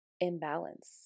imbalance